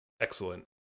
excellent